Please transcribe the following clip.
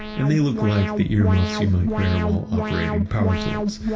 and they look like the earmuffs you might wear while operating power tools.